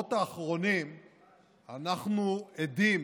בשבועות האחרונים אנחנו עדים